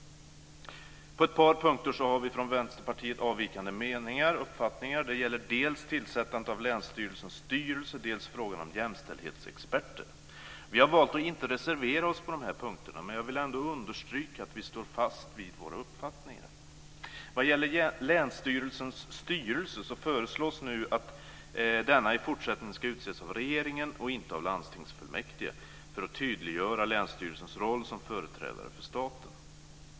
På ett par punkter har vi från Vänsterpartiet avvikande uppfattningar. Det gäller dels tillsättande av länsstyrelsens styrelse, dels frågan om jämställdhetsexperter. Vi har valt att inte reservera oss på dessa punkter. Men jag vill ändå understryka att vi står fast vid våra uppfattningar. Vad gäller länsstyrelsens styrelse föreslås nu att denna i fortsättningen ska utses av regeringen och inte av landstingsfullmäktige för att tydliggöra Länsstyrelsens roll som företrädare för staten.